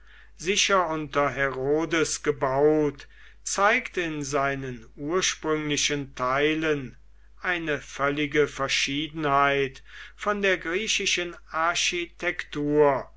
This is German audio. sicher unter herodes gebaut zeigt in seinen ursprünglichen teilen eine völlige verschiedenheit von der griechischen architektur